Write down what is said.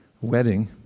wedding